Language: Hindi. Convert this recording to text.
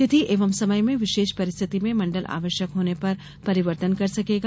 तिथि एवं समय में विशेष परिस्थिति में मंडल आवश्यक होने पर परिवर्तन कर सकेगा